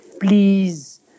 Please